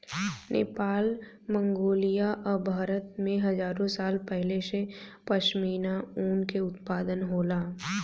Nepal, Mongolia आ भारत में हजारो साल पहिले से पश्मीना ऊन के उत्पादन होला